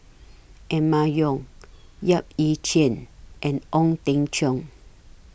Emma Yong Yap Ee Chian and Ong Teng Cheong